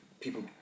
people